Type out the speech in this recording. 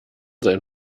sein